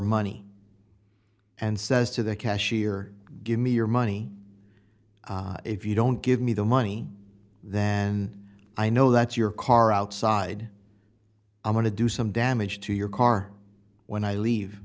money and says to the cashier give me your money if you don't give me the money then i know that's your car outside i'm going to do some damage to your car when i leave